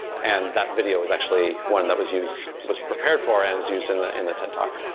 and that video is actually one that was used, was prepared for and is used in the in the ted talk,